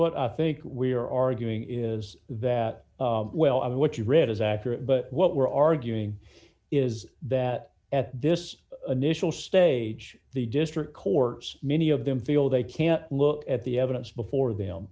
what i think we're arguing is that well i mean what you read is accurate but what we're arguing is that at this initial stage the district courts many of them feel they can't look at the evidence before them